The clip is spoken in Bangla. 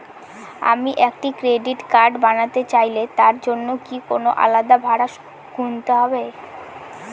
আমি একটি ক্রেডিট কার্ড বানাতে চাইলে তার জন্য কি কোনো আলাদা ভাড়া গুনতে হবে?